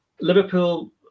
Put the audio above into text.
Liverpool